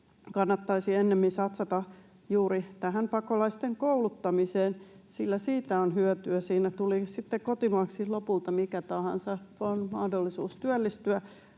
Kannattaisi ennemmin satsata juuri tähän pakolaisten kouluttamiseen, sillä siitä on hyötyä, tuli sitten kotimaaksi lopulta mikä tahansa. On mahdollisuus työllistyä,